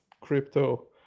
crypto